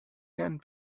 can